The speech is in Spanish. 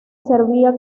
servía